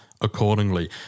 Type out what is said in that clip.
accordingly